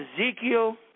Ezekiel